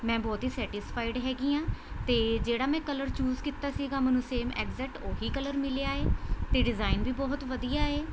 ਮੈਂ ਬਹੁਤ ਹੀ ਸੈਟੀਸਫਾਈਡ ਹੈਗੀ ਹਾਂ ਅਤੇ ਜਿਹੜਾ ਮੈਂ ਕਲਰ ਚੂਜ਼ ਕੀਤਾ ਸੀਗਾ ਮੈਨੂੰ ਸੇਮ ਐਕਜੈਕਟ ਉਹ ਹੀ ਕਲਰ ਮਿਲਿਆ ਏ ਅਤੇ ਡਿਜ਼ਾਈਨ ਵੀ ਬਹੁਤ ਵਧੀਆ ਏ